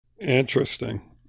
Interesting